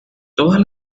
todas